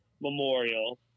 Memorial